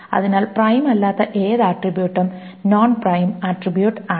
അതിനാൽ പ്രൈം അല്ലാത്ത ഏത് ആട്രിബ്യൂട്ടും നോൺ പ്രൈം ആട്രിബ്യൂട്ട് ആണ്